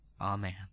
amen